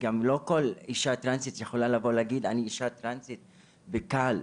לא כל אישה טרנסית יכולה לבוא ולהגיד: אני אישה טרנסית וזה קל.